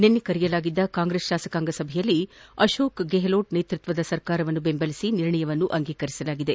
ನಿನ್ನೆ ಕರೆಯಲಾಗಿದ್ದ ಕಾಂಗ್ರೆಸ್ ಶಾಸಕಾಂಗ ಸಭೆಯಲ್ಲಿ ಅಶೋಕ್ ಗೆಹ್ಲೋಟ್ ನೇತೃತ್ವ ಸರ್ಕಾರವನ್ನು ಬೆಂಬಲಿಸಿ ನಿರ್ಣಯ ಅಂಗೀಕರಿಸಲಾಗಿತ್ತು